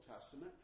Testament